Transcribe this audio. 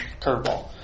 curveball